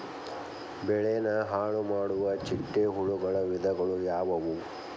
ಬೆಳೆನ ಹಾಳುಮಾಡುವ ಚಿಟ್ಟೆ ಹುಳುಗಳ ವಿಧಗಳು ಯಾವವು?